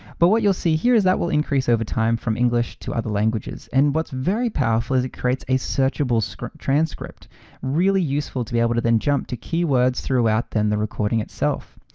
but what you'll see here is that we'll increase overtime from english to other languages. and what's very powerful is it creates a searchable so transcript. really useful to be able to then jump to keywords throughout the recording itself.